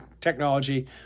technology